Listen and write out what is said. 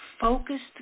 focused